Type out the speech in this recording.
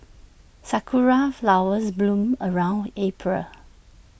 Sakura Flowers bloom around April